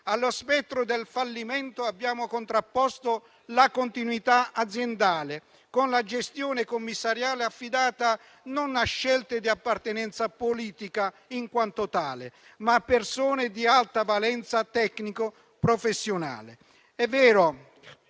Allo spettro del fallimento abbiamo contrapposto la continuità aziendale, con la gestione commissariale affidata non a scelte di appartenenza politica in quanto tale, ma a persone di alta valenza tecnico-professionale.